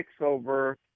over